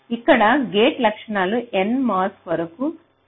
ఇక్కడ గేట్ లక్షణాలు nMOS కొరకు 0